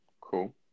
Cool